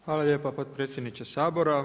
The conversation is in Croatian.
Hvala lijepa potpredsjedniče Sabora.